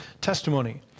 testimony